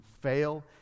fail